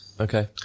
Okay